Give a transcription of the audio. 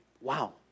wow